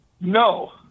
No